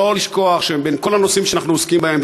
לא לשכוח שבין כל הנושאים שאנחנו עוסקים בהם,